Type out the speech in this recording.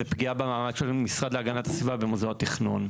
זה פגיעה במעמד של המשרד להגנת הסביבה ומוסדות התכנון.